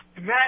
Matt